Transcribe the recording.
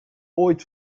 ooit